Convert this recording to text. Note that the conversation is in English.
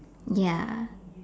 ya